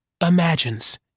imagines